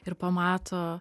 ir pamato